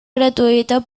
gratuïta